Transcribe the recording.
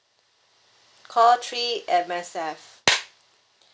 call three M_S_F